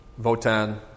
Votan